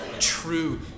true